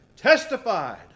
testified